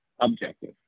objective